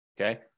Okay